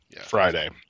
Friday